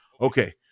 Okay